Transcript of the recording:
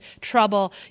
trouble